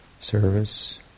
service